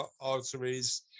arteries